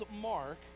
Mark